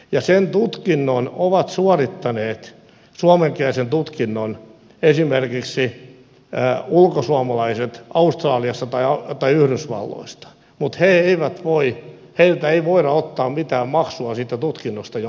sen tutkinnon ovat suorittaneet suomenkielisen tutkinnon esimerkiksi ulkosuomalaiset australiassa tai yhdysvalloissa mutta heiltä ei voida ottaa mitään maksua siitä tutkinnosta jonka he suorittavat